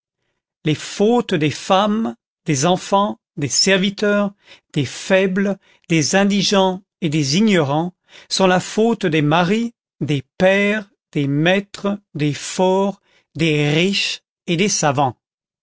les fautes des femmes des enfants des serviteurs des faibles des indigents et des ignorants sont la faute des maris des pères des maîtres des forts des riches et des savants